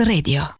Radio